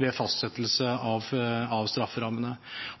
ved fastsettelse av strafferammene.